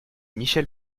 michel